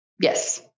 Yes